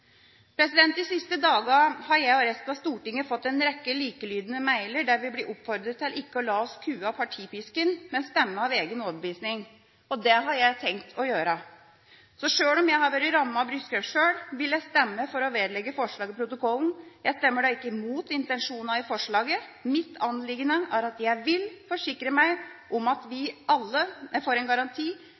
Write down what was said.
De siste dagene har jeg og resten av Stortinget fått en rekke likelydende e-poster der vi blir oppfordret til ikke å la oss kue av partipisken, men stemme etter egen overbevisning. Det har jeg tenkt å gjøre. For sjøl om jeg har vært rammet av brystkreft sjøl, vil jeg stemme for å vedlegge forslaget protokollen. Jeg stemmer da ikke mot intensjonene i forslaget. Mitt anliggende er at jeg vil forsikre meg om at vi får en garanti